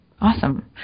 Awesome